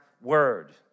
word